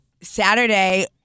Saturday